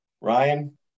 ryan